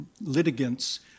litigants